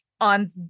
on